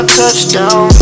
touchdown